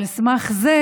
על סמך זה